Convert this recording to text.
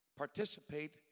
participate